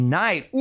night